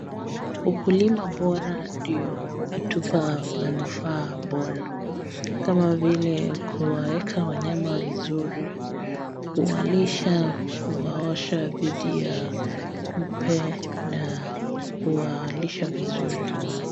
Ukulima bora ndiyo hutupa manufaa bora kama vile kuwaweka wanyama vizuri, kuwalisha, kuwaosha dhidi ya kupe na kuwalisha vizuri.